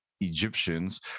Egyptians